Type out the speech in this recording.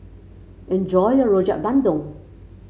enjoy your Rojak Bandung